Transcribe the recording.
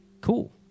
cool